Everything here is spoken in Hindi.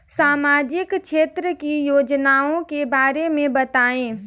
सामाजिक क्षेत्र की योजनाओं के बारे में बताएँ?